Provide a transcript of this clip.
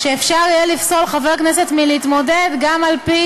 שאפשר יהיה לפסול חבר כנסת מלהתמודד גם על-פי